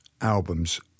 albums